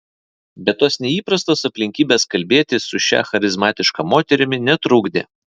bet tos neįprastos aplinkybės kalbėtis su šia charizmatiška moterimi netrukdė